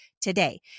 today